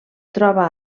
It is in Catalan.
troba